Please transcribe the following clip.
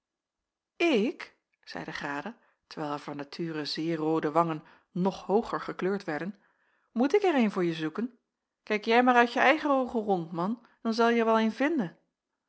ik zeide grada terwijl haar van nature zeer roode wangen nog hooger gekleurd werden moet ik er een voor je zoeken kijk jij maar uit je eigen oogen rond man dan zelje er wel een vinden